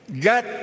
got